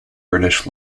british